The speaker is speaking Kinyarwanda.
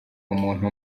umuntu